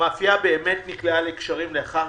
המאפייה באמת נקלעה לקשיים לאחר